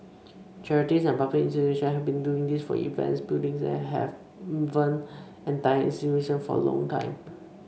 charities and public institutions have been doing this for events buildings and even entire institutions for a long time